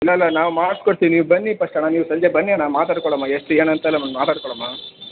ಇಲ್ಲ ಇಲ್ಲ ನಾವು ಮಾಡ್ಸಿ ಕೊಡ್ತೀವಿ ನೀವು ಬನ್ನಿ ಪಸ್ಟ್ ಅಣ್ಣ ನೀವು ಸಂಜೆ ಬನ್ನಿ ಅಣ್ಣ ಮಾತಾಡ್ಕೊಳೊಣ ಎಷ್ಟು ಏನಂತೆಲ್ಲ ಒಂದು ಮಾತಾಡ್ಕೊಳೊಣ